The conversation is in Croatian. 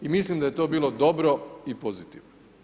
I mislim da je to bilo dobro i pozitivno.